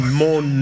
more